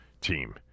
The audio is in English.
team